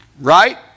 right